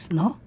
no